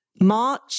March